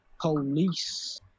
Police